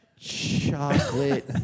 chocolate